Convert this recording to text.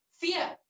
fear